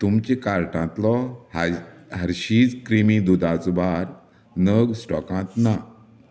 तुमच्या कार्टांतलो हाय हर्शीज क्रीमी दुदाचो बार नग स्टॉकांत ना